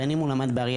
בין אם הוא למד באריאל,